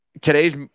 today's